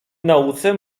nauce